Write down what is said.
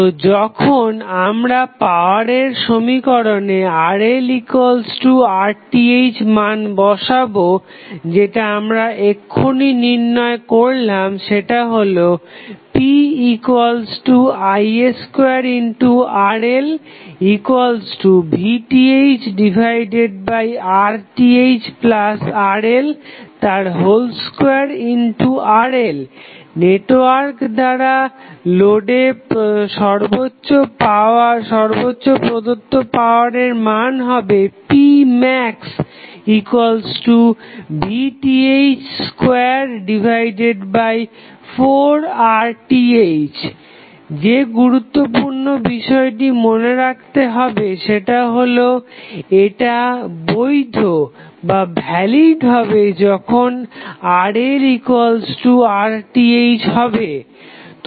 তো যখন আমরা পাওয়ারের সমীকরণে RLRTh মান বসাবো যেটা আমরা এখুনি নির্ণয় করলাম যেটা হলো pi2RLVThRThRL2RL নেটওয়ার্ক দ্বারা লোডে সর্বোচ্চ প্রদত্ত পাওয়ারের মান হবে pmaxVTh24RTh যে গুরুত্বপূর্ণ বিষয়টি মনে রাখতে হবে সেটা হলো এটা বৈধ হবে যখন RLRTh হবে